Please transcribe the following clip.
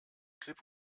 klipp